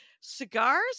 cigars